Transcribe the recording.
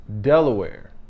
Delaware